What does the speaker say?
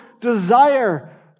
desire